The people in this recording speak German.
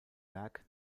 werk